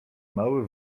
mały